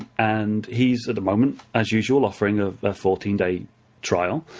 and he's at the moment, as usual, offering a fourteen day trial.